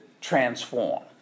transform